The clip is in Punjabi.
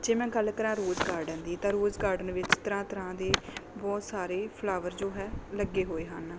ਜੇ ਮੈਂ ਗੱਲ ਕਰਾਂ ਰੋਜ਼ ਗਾਰਡਨ ਦੀ ਤਾਂ ਰੋਜ਼ ਗਾਰਡਨ ਵਿੱਚ ਤਰ੍ਹਾਂ ਤਰ੍ਹਾਂ ਦੇ ਬਹੁਤ ਸਾਰੇ ਫਲਾਵਰ ਜੋ ਹੈ ਲੱਗੇ ਹੋਏ ਹਨ